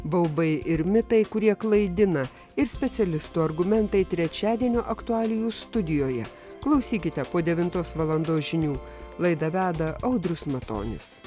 baubai ir mitai kurie klaidina ir specialistų argumentai trečiadienio aktualijų studijoje klausykite po devintos valandos žinių laidą veda audrius matonis